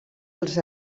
els